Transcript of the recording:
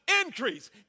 increase